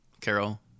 Carol